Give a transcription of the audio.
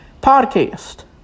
podcast